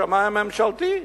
השמאי הממשלתי.